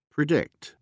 Predict